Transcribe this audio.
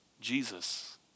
Jesus